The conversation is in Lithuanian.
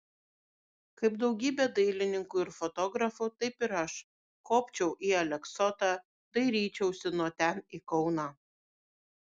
kaip daugybė dailininkų ir fotografų taip ir aš kopčiau į aleksotą dairyčiausi nuo ten į kauną